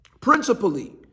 principally